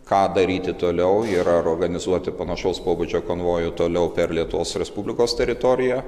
ką daryti toliau ir ar organizuoti panašaus pobūdžio konvojų toliau per lietuvos respublikos teritoriją